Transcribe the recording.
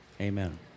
Amen